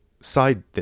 side